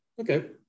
Okay